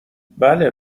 بله